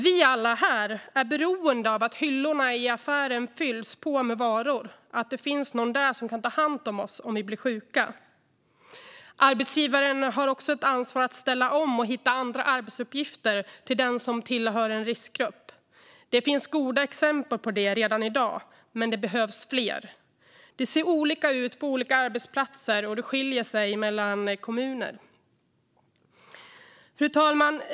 Vi alla här är beroende av att hyllorna i affären fylls på med varor och att det finns någon som kan ta hand om oss om vi blir sjuka. Arbetsgivaren har också ett ansvar att ställa om och hitta andra arbetsuppgifter till den som tillhör en riskgrupp. Det finns goda exempel på det redan i dag, men det behövs fler. Det ser olika ut på olika arbetsplatser, och det skiljer sig mellan kommuner. Fru talman!